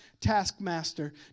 taskmaster